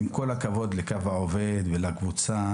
עם כל הכבוד לקו לעובד ולקבוצה